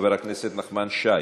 חבר הכנסת נחמן שי,